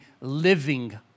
living